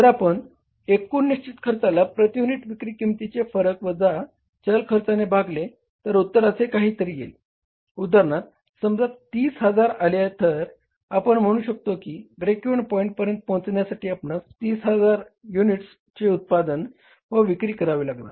जर आपण एकूण निश्चित खर्चाला प्रती युनिट विक्री किंमतीचे फरक वजा चल खर्चाने भागले तर उत्तर असे काही तरी येईल उदाहरणार्थ समजा 30000 आले तर आपण म्हणू शकतो की ब्रेक इव्हन पॉईंट पर्यंत पोहचण्यासाठी आपणास 30000 युनिट्सचे उत्पादन व विक्री करावी लागणार